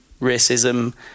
racism